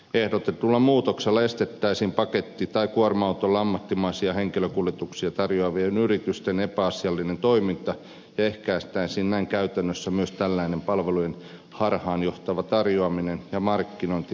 ehdotetulla muutoksella estettäisiin paketti tai kuorma autolla ammattimaisia henkilökuljetuksia tarjoavien yritysten epäasiallinen toiminta ja ehkäistäisiin näin käytännössä myös tällainen palveluiden harhaanjohtava tarjoaminen ja markkinointi taksipalveluina kuluttajille